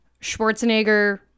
Schwarzenegger